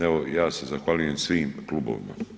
Evo ja se zahvaljujem svim Klubovima.